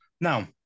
Now